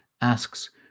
asks